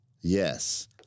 yes